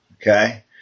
Okay